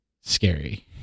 scary